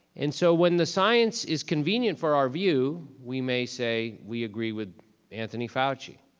and so when the science is convenient for our view, we may say, we agree with anthony fauci,